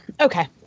Okay